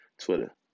Twitter